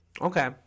Okay